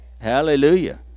Hallelujah